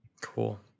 Cool